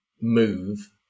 move